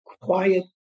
quiet